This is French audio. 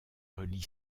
relie